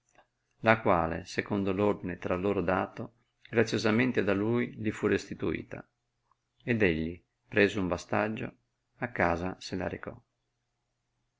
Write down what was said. la quale secondo ordine tra loro dato graziosamente da lui li fu restituita ed egli preso un bastaggio a casa se la recò